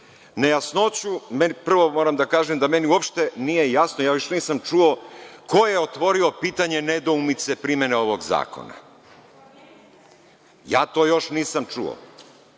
jasno.Međutim, prvo moram da kažem da meni uopšte nije jasno, još nisam čuo ko je otvorio pitanje nedoumice primene ovog zakona. Ja to još nisam čuo.